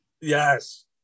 Yes